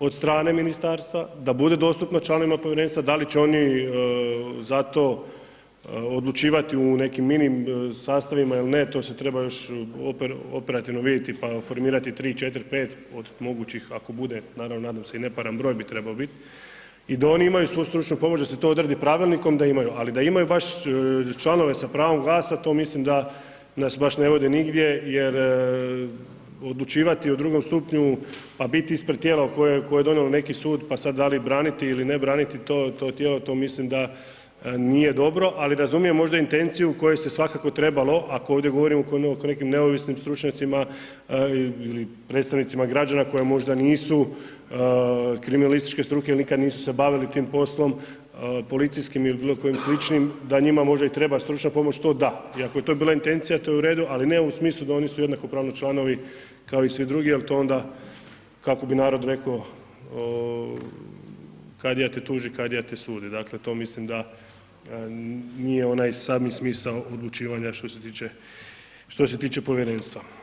od strane ministarstva, da bude dostupna članovima povjerenstva, da li će oni za to odlučivati u nekim mini sastavima ili ne, to se treba još operativno vidjeti, pa formirati 3,4,5 od mogućih ako bude naravno i nadam se i neparan broj bi trebao bit, i da oni imaju svu stručnu pomoć, da se to odradi pravilnikom da imaju, ali da imaju baš članove sa pravom glasa to mislim da, da se baš ne vode nigdje jer odlučivati o drugom stupnju, pa bit ispred tijela koje je donijelo neki sud, pa sad da li braniti ili ne braniti to tijelo, to mislim da nije dobro, ali razumijem možda intenciju u kojoj se svakako trebalo, ako ovdje govorimo o nekim neovisnim stručnjacima ili predstavnicima građana koji možda nisu kriminalističke struke jel nikada nisu se bavili tim poslom policijskim ili bilo kojim sličnim, da njima možda i treba stručna pomoć, to da, iako je to bila intencija, to je u redu, ali ne u smislu da oni su jednakopravni članovi kao i svi drugi, ali to onda, kako bi narod rekao, kadija te tuži, kadija ti sudi, dakle, to mislim da nije onaj sami smisao odlučivanja što se tiče povjerenstva.